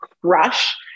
crush